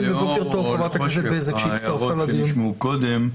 אז כבר תרשמו לכם.